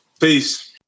Peace